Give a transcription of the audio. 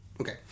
Okay